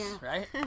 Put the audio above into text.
right